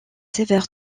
sévère